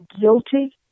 guilty